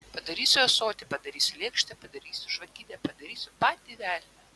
padarysiu ąsotį padarysiu lėkštę padarysiu žvakidę padarysiu patį velnią